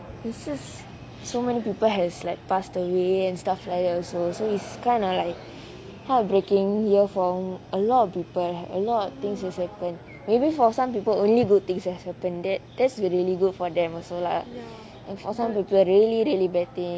it's just so many people has like passed away and stuff like that also so it's kind of like heartbreaking ya for a lot of people a lot of things has happen maybe for some people only good things have happen that's a really good things for them also lah but for some people really really bad things